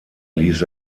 ließ